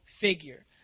figure